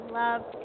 love